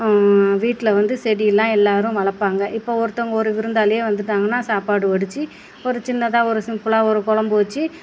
வீட்டில் வந்து செடிலாம் எல்லோரும் வளர்ப்பாங்க இப்போ ஒருத்தங்க ஒரு விருந்தாளியே வந்துட்டாங்கனால் சாப்பாடு வடித்து ஒரு சின்னதாக ஒரு சிம்பிளாக ஒரு கொழம்பு வெச்சு